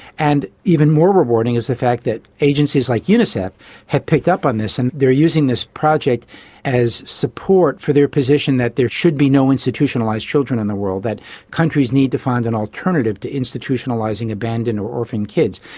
and even more rewarding is the fact that agencies like unicef have picked up on this and they are using this project as support for their position that there should be no institutionalised children in the world, that countries need to find an alternative to institutionalising abandoned or orphaned kids.